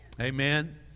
Amen